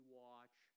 watch